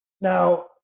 Now